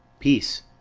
peace,